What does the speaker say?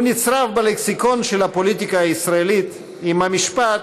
הוא נצרב בלקסיקון של הפוליטיקה הישראלית עם המשפט